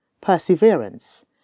perseverance